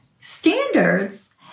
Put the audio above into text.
standards